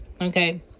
okay